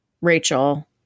Rachel